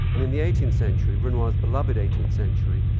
and in the eighteenth century, renoir's beloved eighteenth century,